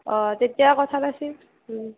অ তেতিয়া কথা নাছিল